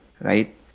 right